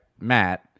Matt